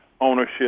ownership